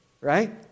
right